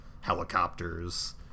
helicopters